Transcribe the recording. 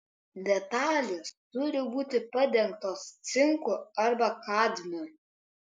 detalės turi būti padengtos cinku arba kadmiu